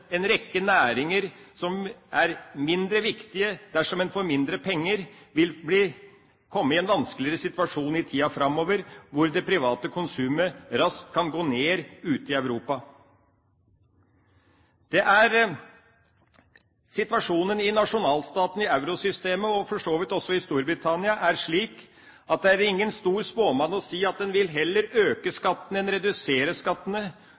en rekke næringer som er mindre viktige dersom man får mindre penger, vil komme i en vanskeligere situasjon i tida framover, hvor det private konsumet raskt kan gå ned ute i Europa. Situasjonen i nasjonalstatene i eurosystemet, og for så vidt også i Storbritannia, er slik at det trengs ingen stor spåmann for å si at man vil heller øke skattene enn å redusere skattene